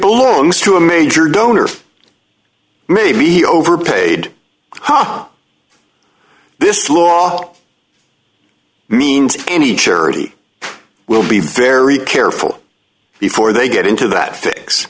belongs to a major donor maybe he overpaid this law means any charity will be very careful before they get into that fix